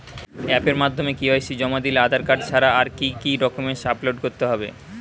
অ্যাপের মাধ্যমে কে.ওয়াই.সি জমা দিলে আধার কার্ড ছাড়া আর কি কি ডকুমেন্টস আপলোড করতে হবে?